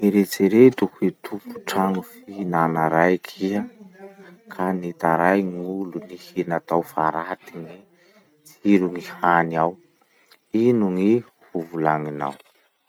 Eritsereto hoe tompotragno fihinana raiky iha ka nitaray gn'olo nihina tao fa raty gny tsiron'ny hany ao. Ino gny hovolagninao?